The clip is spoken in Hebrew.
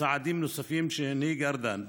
צעדים נוספים שהנהיג ארדן,